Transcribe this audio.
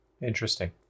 Interesting